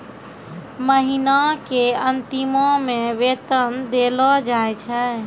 महिना के अंतिमो मे वेतन देलो जाय छै